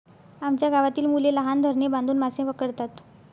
आमच्या गावातील मुले लहान धरणे बांधून मासे पकडतात